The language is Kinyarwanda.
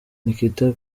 nikita